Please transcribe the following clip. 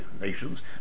nations